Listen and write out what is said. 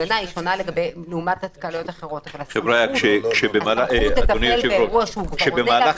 אבל הסמכות לטפל באירוע שהוא כבר עונה